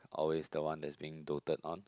always the one that's being doted on